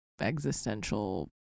existential